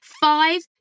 Five